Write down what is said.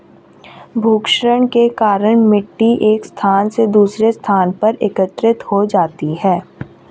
भूक्षरण के कारण मिटटी एक स्थान से दूसरे स्थान पर एकत्रित हो जाती है